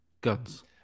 Guns